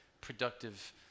productive